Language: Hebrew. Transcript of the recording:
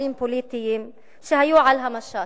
פעילים פוליטיים שהיו על המשט.